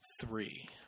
three